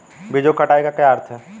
बीजों की कटाई का क्या अर्थ है?